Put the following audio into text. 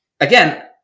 again